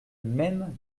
même